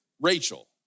Rachel